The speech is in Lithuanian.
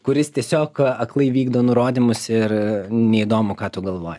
kuris tiesiog aklai vykdo nurodymus ir neįdomu ką tu galvoji